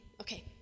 Okay